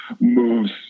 moves